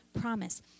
promise